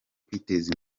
kwiteza